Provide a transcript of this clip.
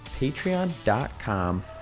patreon.com